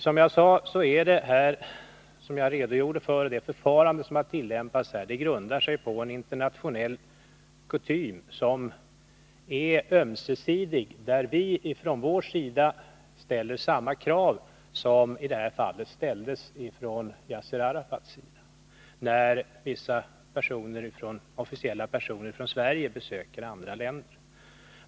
Det förfarande som här har tillämpats grundar sig, som jag redogjorde för, på en internationell kutym, som är ömsesidig: Vi ställer från vår sida samma krav som i det här fallet ställdes från Yasser Arafats sida när vissa officiella personer från Sverige besöker andra länder.